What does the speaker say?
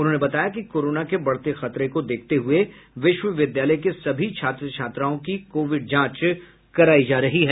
उन्होंने बताया कि कोरोना के बढ़ते खतरे को देखते हुए विश्वविद्यालय के सभी छात्र छात्राओं की कोविड जांच करायी जा रही है